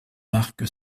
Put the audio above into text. marque